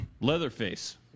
Leatherface